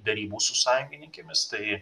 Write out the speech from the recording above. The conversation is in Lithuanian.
derybų su sąjungininkėmis tai